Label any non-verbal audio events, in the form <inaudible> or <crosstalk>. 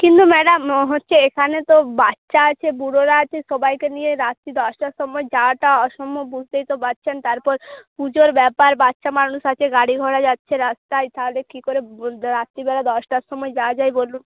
কিন্তু ম্যাডাম হচ্ছে এখানে তো বাচ্চা আছে বুড়োরা আছে সবাইকে নিয়ে রাত্রি দশটার সময় যাওয়াটা অসম্ভব বুঝতেই তো পারছেন তারপর পুজোর ব্যাপার বাচ্চা মানুষ আছে গাড়ি ঘোড়া যাচ্ছে রাস্তায় তাহলে কি করে <unintelligible> রাত্রিবেলা দশটার সময় যাওয়া যায় বলুন